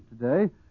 today